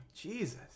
Jesus